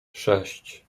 sześć